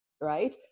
right